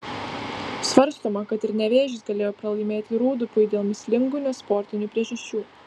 svarstoma kad ir nevėžis galėjo pralaimėti rūdupiui dėl mįslingų nesportinių priežasčių